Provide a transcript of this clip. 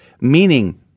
meaning